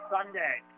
Sunday